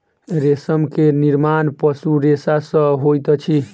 रेशम के निर्माण पशु रेशा सॅ होइत अछि